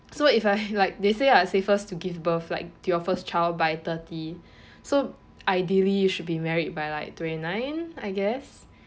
so if I like they say are safest to give birth like to your first child by thirty so ideally should be married by like twenty nine I guess